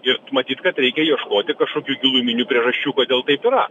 ir matyt kad reikia ieškoti kažkokių giluminių priežasčių kodėl taip yra